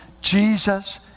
Jesus